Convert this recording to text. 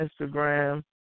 Instagram